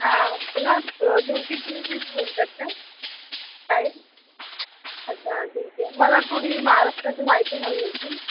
हां बोला तर ज्योती बोलता आहात का काय अच्छा ठीक आहे मला थोडी महाराष्ट्राची माहिती हवी होती